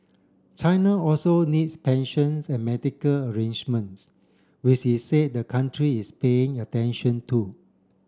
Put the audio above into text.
China also needs pension and medical arrangements with he said the country is paying attention to